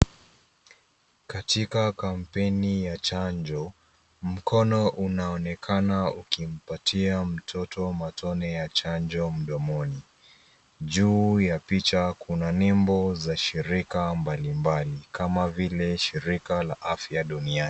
Katika kampeni ya chanjo, mkono unaonekana ukimpatia mtoto matone ya chanjo mdomoni. Juu ya picha kuna nembo za shirika mbalimbali kama vile shirika la afya duniani.